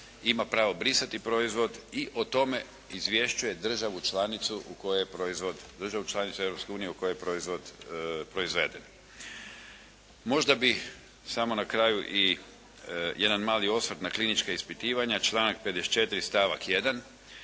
ima pravo brisati proizvod i o tome izvješćuje državu članicu Europske unije u kojoj je proizvod proizveden. Možda bi samo na kraju i jedan mali osvrt na klinička ispitivanja, članak 54. stavak 1.